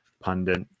pundit